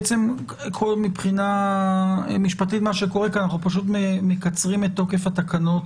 בעצם מבחינה משפטית מה שקורה כאן הוא שאנחנו פשוט מקצרים את תוקף התקנות